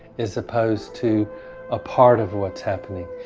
as opposed to ah part of what's happening.